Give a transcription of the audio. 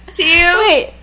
two